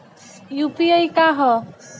UPI का ह?